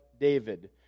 David